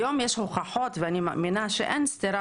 היום יש הוכחות ואני מאמינה שאין סתירה